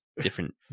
different